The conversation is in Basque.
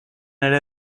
ere